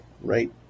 right